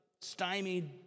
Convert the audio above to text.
stymied